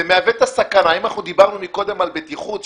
זה מהווה --- אם דיברנו קודם על בטיחות,